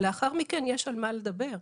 לאחר מכן יש על מה לדבר.